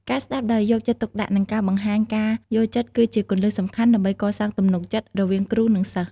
ការស្ដាប់ដោយយកចិត្តទុកដាក់និងការបង្ហាញការយល់ចិត្តគឺជាគន្លឹះសំខាន់ដើម្បីកសាងទំនុកចិត្តរវាងគ្រូនិងសិស្ស។